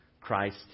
Christ